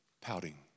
pouting